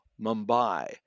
Mumbai